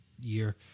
year